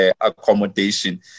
accommodation